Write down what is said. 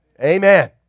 Amen